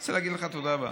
אני רוצה להגיד לך תודה רבה.